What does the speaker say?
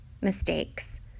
mistakes